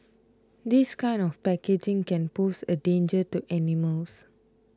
this kind of packaging can pose a danger to animals